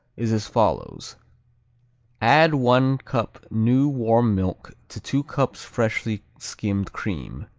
is as follows add one cup new warm milk to two cups freshly-skimmed cream.